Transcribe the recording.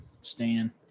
stan